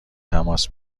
تماس